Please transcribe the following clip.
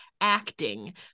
acting